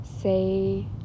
say